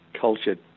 cultured